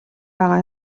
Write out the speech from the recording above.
байгаа